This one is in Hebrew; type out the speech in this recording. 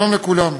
שלום לכולכם.